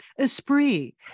Esprit